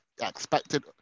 expected